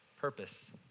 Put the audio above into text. purpose